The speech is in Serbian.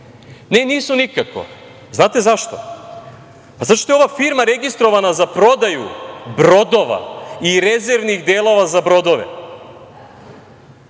Ne, nisu nikako znate zašto? Zato što je ova firma registrovan za prodaju brodova i rezervnih delova za brodove,